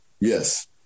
Yes